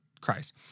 Christ